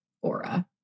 aura